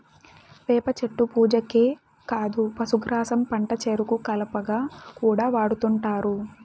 వేప చెట్టు పూజకే కాదు పశుగ్రాసం వంటచెరుకు కలపగా కూడా వాడుతుంటారు